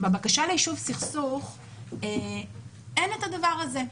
בבקשה ליישוב סכסוך אין את הדבר הזה.